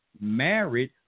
married –